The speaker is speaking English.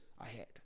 ahead